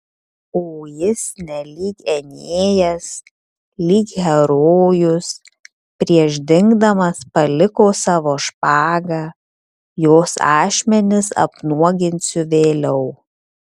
o jis nelyg enėjas lyg herojus prieš dingdamas paliko savo špagą jos ašmenis apnuoginsiu vėliau